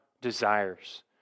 desires